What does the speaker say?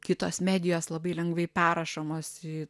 kitos medijos labai lengvai perrašomos į